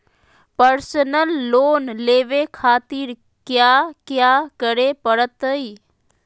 Personal loan लेवे खातिर कया क्या करे पड़तइ?